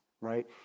right